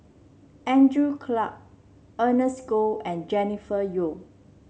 Andrew Clarke Ernest Goh and Jennifer Yeo